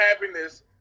happiness